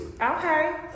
Okay